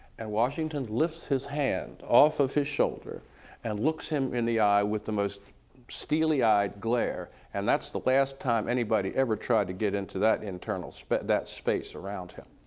and washington lifts his hand off of his shoulder and looks him in the eye with the most steely-eyed glare and that's the last time anybody ever tried to get into that internal, that space around him.